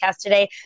today